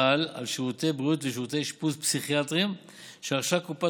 חל על שירותי בריאות ושירותי אשפוז פסיכיאטריים שרכשה קופת